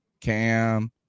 Cam